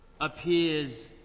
appears